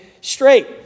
straight